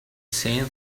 same